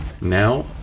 now